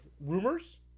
rumors